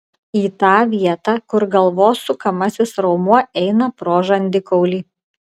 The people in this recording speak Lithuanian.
į tą vietą kur galvos sukamasis raumuo eina pro žandikaulį